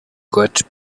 got